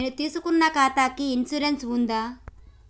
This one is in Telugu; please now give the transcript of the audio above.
నేను తీసుకున్న ఖాతాకి ఇన్సూరెన్స్ ఉందా?